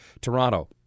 Toronto